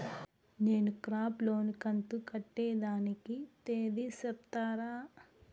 నేను crop loan కంతు కట్టేదానికి తేది సెప్తారా?